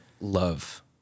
love